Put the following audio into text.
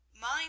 Mine